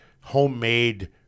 homemade